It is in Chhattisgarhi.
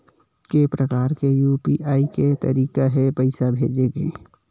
के प्रकार के यू.पी.आई के तरीका हे पईसा भेजे के?